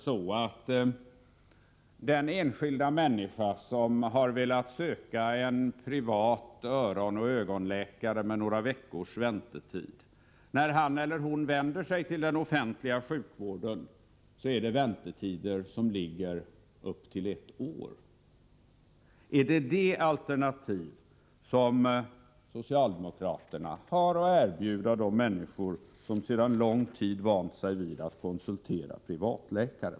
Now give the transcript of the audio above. så att den enskilda människa som har velat söka privat öroneller ögonläkare, med några veckors väntetid, om han eller hon vänder sig till den offentliga sjukvården drabbas av väntetider på upp till ett år? Är det de alternativ som socialdemokraterna har att erbjuda de människor som sedan lång tid vant sig vid att konsultera privatläkare?